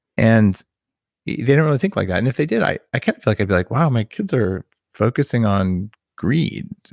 and yeah they don't really think like that, and if they did, i i can't feel like i'd be like, wow, my kids are focusing on greed.